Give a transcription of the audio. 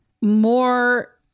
more